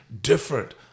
different